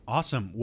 Awesome